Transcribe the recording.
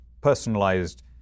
personalized